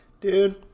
dude